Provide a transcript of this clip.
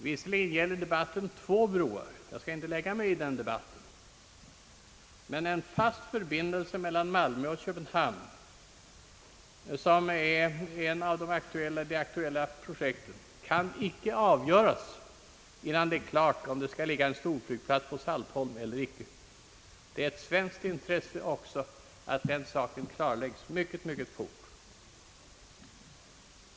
Visserligen gäller debatten två broar — och jag skall inte lägga mig i debatten — men en fast förbindelse mellan Malmö och Köpenhamn, som är ett av de aktuella projekten, kan inte avgöras innan det är klart om det skall ligga en storflygplats på Saltholm eller inte. Det är också ett svenskt intresse att den saken klarlägges mycket fort.